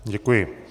Děkuji.